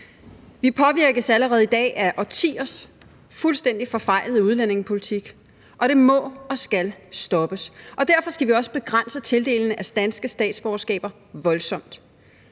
Vi påvirkes allerede i dag af årtiers fuldstændig forfejlede udlændingepolitik, og det må og skal stoppes. Derfor skal vi også begrænse tildelingen af danske statsborgerskaber voldsomt.